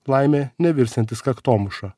laimė nevirsintis kaktomuša